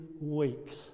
weeks